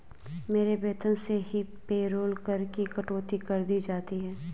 मेरे वेतन से ही पेरोल कर की कटौती कर दी जाती है